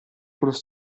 quello